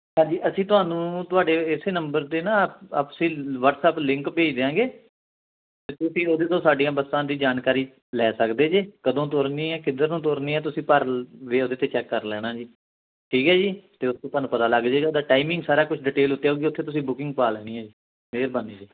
ਹਾਂਜੀ ਅਸੀਂ ਤੁਹਾਨੂੰ ਤੁਹਾਡੇ ਇਸੇ ਨੰਬਰ 'ਤੇ ਨਾ ਆਪਸੀ ਵਟਸਐਪ ਲਿੰਕ ਭੇਜ ਦਿਆਂਗੇ ਅਤੇ ਤੁਸੀਂ ਉਹਦੇ ਤੋਂ ਸਾਡੀਆਂ ਬੱਸਾਂ ਦੀ ਜਾਣਕਾਰੀ ਲੈ ਸਕਦੇ ਜੇ ਕਦੋਂ ਤੁਰਨੀ ਹੈ ਕਿੱਧਰ ਨੂੰ ਤੁਰਨੀ ਤੁਸੀਂ ਵੀ ਉਹਦੇ 'ਤੇ ਚੈੱਕ ਕਰ ਲੈਣਾ ਜੀ ਠੀਕ ਹੈ ਜੀ ਅਤੇ ਉੱਥੇ ਤੁਹਾਨੂੰ ਪਤਾ ਲੱਗ ਜੇਗਾ ਅਤੇ ਟਾਈਮਿੰਗ ਸਾਰਾ ਕੁਝ ਡਿਟੇਲ ਉੱਥੇ ਆਵੇਗੀ ਉੱਥੇ ਤੁਸੀਂ ਬੁਕਿੰਗ ਪਾ ਲੈਣੀ ਹੈ ਜੀ ਮਿਹਰਬਾਨੀ ਜੀ